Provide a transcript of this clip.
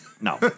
No